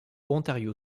ontario